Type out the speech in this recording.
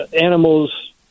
animals